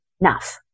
enough